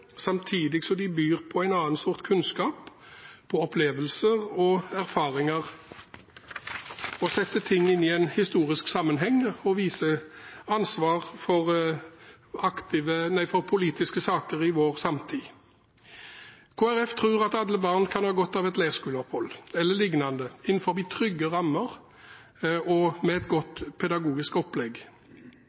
samtidig som de byr på en annen sort kunnskap, opplevelser og erfaringer, setter ting inn i en historisk sammenheng og viser ansvar for politiske saker i vår samtid. Kristelig Folkeparti tror alle barn kan ha godt av et leirskoleopphold e.l. innenfor trygge rammer og med et godt pedagogisk opplegg.